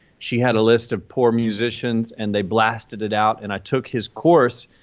she had a list of poor musicians and they blasted it out. and i took his course.